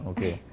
Okay